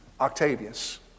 Octavius